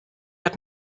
hat